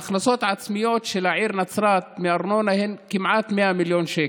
ההכנסות העצמיות של העיר נצרת מארנונה הן כמעט 100 מיליון שקלים.